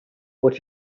what